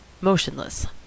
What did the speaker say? motionless